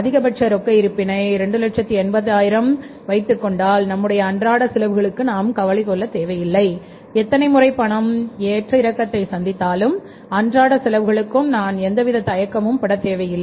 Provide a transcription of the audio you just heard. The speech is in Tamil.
அதிகபட்ச ரொக்க இருப்பினை 280000 வைத்துக்கொண்டால் நம்முடைய அன்றாட செலவுகளுக்கு நாம் கவலை கொள்ள தேவையில்லை எத்தனை முறை பணம் ஏற்ற இறக்கத்தை சந்தித்தாலும் அன்றாட செலவுகளுக்கு நாம் எந்தவித தயக்கமும் பட தேவையில்லை